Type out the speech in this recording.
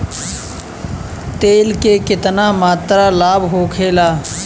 तेल के केतना मात्रा लाभ होखेला?